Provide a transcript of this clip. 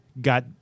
got